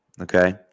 okay